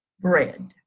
bread